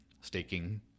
staking